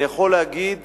אני יכול להגיד